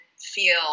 feel